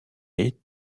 est